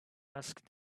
asked